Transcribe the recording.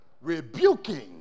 rebuking